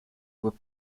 were